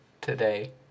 today